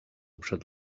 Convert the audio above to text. przed